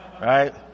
right